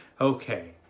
Okay